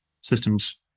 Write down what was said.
systems